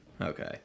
Okay